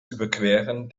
überqueren